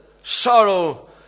sorrow